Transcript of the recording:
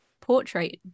portrait